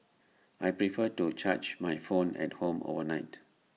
I prefer to charge my phone at home overnight